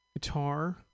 guitar